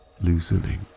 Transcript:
loosening